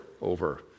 over